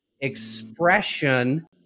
expression